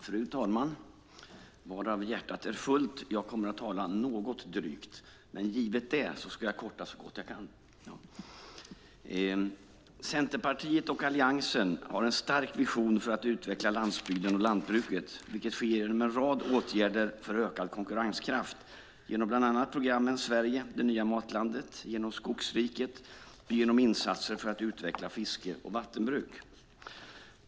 Fru talman! Varav hjärtat är fullt - jag kommer att tala något drygt, men givet det ska jag korta så gott jag kan. Centerpartiet och Alliansen har en stark vision för att utveckla landsbygden och lantbruket, vilket sker genom en rad åtgärder för ökad konkurrenskraft, genom bland annat programmen Sverige - det nya matlandet och Skogsriket och genom insatser för att utveckla fiske och vattenbruk.